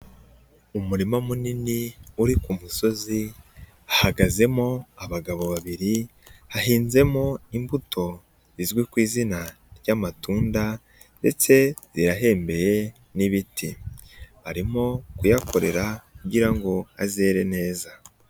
Umurima munini uri ku musozi hahagazemo abagabo babiri, hahinzemo imbuto zizwi ku izina ry'amatunda ndetse rirahembeye n'ibiti, barimo kuyakorera kugira ngo azere neza.